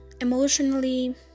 Emotionally